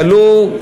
שתלו,